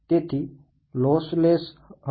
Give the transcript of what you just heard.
તેથી લોસલેસ હવે શું થશે